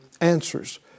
answers